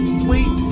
sweet